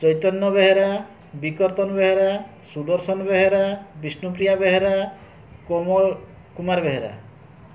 Chaitanya Behera Bikartan Behera Sudarshan Behera Bishnupriya Behera Komal Kumar Behera